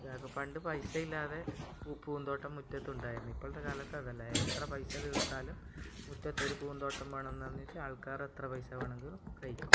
ഇതാകും പണ്ട് പൈസ ഇല്ലാതെ പൂന്തോട്ടം മുറ്റത്തുണ്ടായിരുന്നു ഇപ്പോഴത്തെ കാലത്ത് അതല്ല എത്ര പൈസ തീർത്താലും മുറ്റത്തൊരു പൂന്തോട്ടം വേണമെന്ന് പറഞ്ഞിട്ട് ആൾക്കാർ എത്ര പൈസ വേണമെങ്കിലും കഴിക്കും